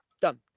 done